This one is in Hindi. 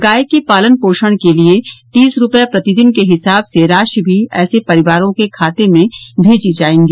गाय के पालन पोषण के लिए तीस रुपये प्रतिदिन के हिसाब से राशि भी ऐसे परिवारों के खाते में भेजी जाएगी